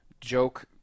joke